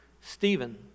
Stephen